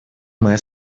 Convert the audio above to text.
моя